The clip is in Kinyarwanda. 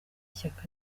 ishyaka